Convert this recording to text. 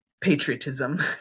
patriotism